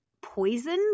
poison